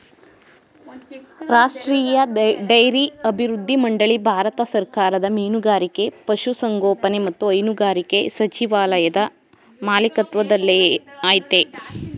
ರಾಷ್ಟ್ರೀಯ ಡೈರಿ ಅಭಿವೃದ್ಧಿ ಮಂಡಳಿ ಭಾರತ ಸರ್ಕಾರದ ಮೀನುಗಾರಿಕೆ ಪಶುಸಂಗೋಪನೆ ಮತ್ತು ಹೈನುಗಾರಿಕೆ ಸಚಿವಾಲಯದ ಮಾಲಿಕತ್ವದಲ್ಲಯ್ತೆ